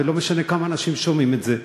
ולא משנה כמה אנשים שומעים את זה,